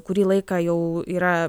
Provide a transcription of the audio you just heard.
kurį laiką jau yra